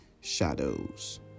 shadows